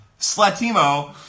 Slatimo